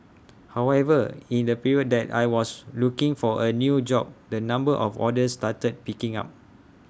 however in the period that I was looking for A new job the number of orders started picking up